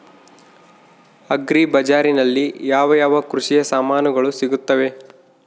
Agri ಬಜಾರಿನಲ್ಲಿ ಯಾವ ಯಾವ ಕೃಷಿಯ ಸಾಮಾನುಗಳು ಸಿಗುತ್ತವೆ?